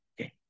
okay